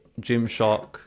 Gymshark